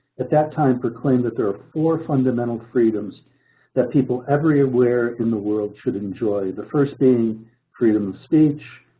at that time proclaimed that there are four fundamental freedoms that people everywhere in the world should enjoy. the first being freedom of speech,